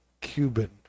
cuban